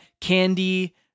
Candy